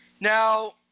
Now